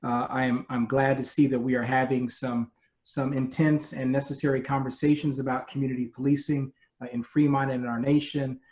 i'm i'm glad to see that we are having some some intense and necessary conversations about community policing in fremont and in our nation,